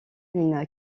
une